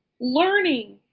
learning